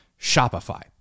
Shopify